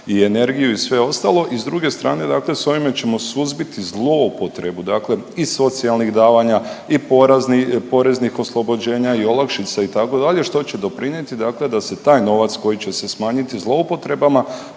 i energiju i sve ostalo. I s druge strane, s ovime ćemo suzbiti zloupotrebu i socijalnih davanja i poreznih oslobođenja i olakšica itd., što će doprinijeti da se taj novac koji će se smanjiti zloupotrebama